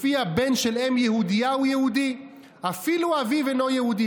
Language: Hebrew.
שלפיה הבן של אם יהודייה הוא יהודי ואפילו אביו אינו יהודי.